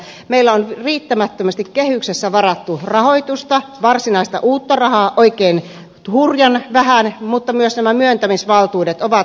meillä on riittämättömästi kehyksessä varattu rahoitusta varsinaista uutta rahaa oikein hurjan vähän mutta myös nämä myöntämisvaltuudet ovat liian pienet